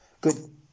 Good